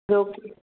ॿियो